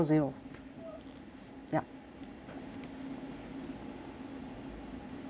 yup